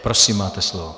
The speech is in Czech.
Prosím, máte slovo.